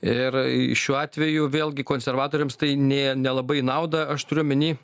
ir šiuo atveju vėlgi konservatoriams tai nė nelabai į naudą aš turiu omeny